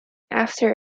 after